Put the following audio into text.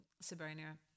Sabrina